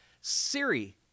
Siri